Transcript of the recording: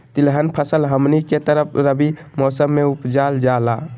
तिलहन फसल हमनी के तरफ रबी मौसम में उपजाल जाला